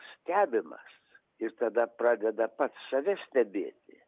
stebimas ir tada pradeda pats save stebėti